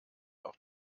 auch